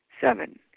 Seven